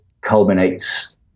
culminates